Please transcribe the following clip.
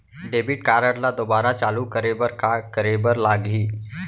Debit card ला दोबारा चालू करे बर का करे बर लागही?